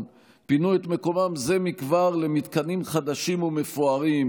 פינו את מקומם זה מכבר למתקנים חדשים ומפוארים,